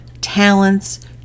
talents